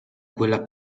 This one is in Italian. quella